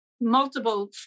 multiple